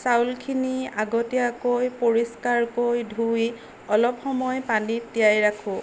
চাউলখিনি আগতীয়াকৈ পৰিষ্কাৰকৈ ধুই অলপ সময় পানীত তিয়াই ৰাখোঁ